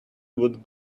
would